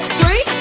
three